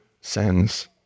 sends